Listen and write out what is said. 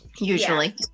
Usually